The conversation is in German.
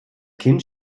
kind